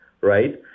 right